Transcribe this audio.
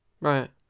right